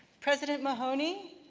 president mahoney,